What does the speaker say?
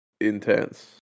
intense